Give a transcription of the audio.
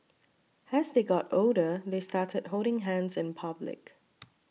as they got older they started holding hands in public